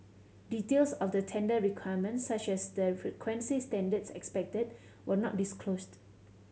details of the tender requirements such as the frequency standards expected were not disclosed